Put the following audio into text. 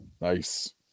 Nice